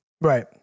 Right